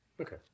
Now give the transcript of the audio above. Okay